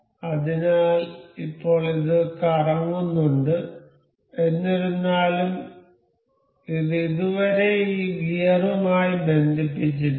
അതിനാൽ ഇപ്പോൾ ഇത് കറങ്ങുന്നുണ്ട് എന്നിരുന്നാലും ഇത് ഇതുവരെ ഈ ഗിയറുമായി ബന്ധിപ്പിച്ചിട്ടില്ല